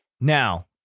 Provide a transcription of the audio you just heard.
Now